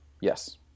Yes